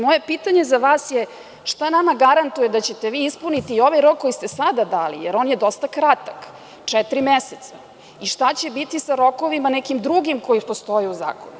Moje pitanje za vas je, šta nama garantuje da ćete vi ispuniti i ovaj rok koji ste sada dali jer on je dosta kratak, četiri meseca i šta će biti sa rokovima nekim drugim koji postoje u zakonu?